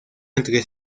entre